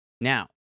Now